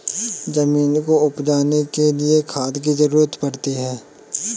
ज़मीन को उपजाने के लिए खाद की ज़रूरत पड़ती है